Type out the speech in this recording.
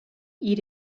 eat